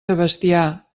sebastià